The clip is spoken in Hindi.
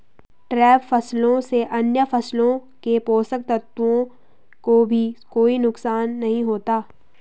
ट्रैप फसलों से अन्य फसलों के पोषक तत्वों को भी कोई नुकसान नहीं होता